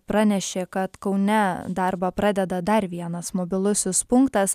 pranešė kad kaune darbą pradeda dar vienas mobilusis punktas